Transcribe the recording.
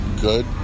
good